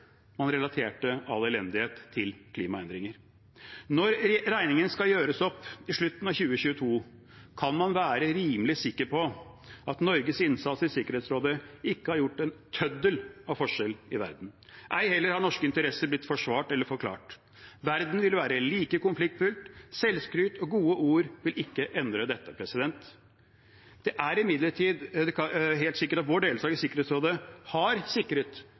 man relaterte all elendighet til klimaendringer. Når regningen skal gjøres opp i slutten av 2022, kan man være rimelig sikker på at Norges innsats i Sikkerhetsrådet ikke har gjort en tøddel av forskjell i verden. Ei heller har norske interesser blitt forsvart eller forklart. Verden vil være like konfliktfylt. Selvskryt og gode ord vil ikke endre dette. Det er imidlertid helt sikkert at vår deltakelse i Sikkerhetsrådet har sikret